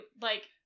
like-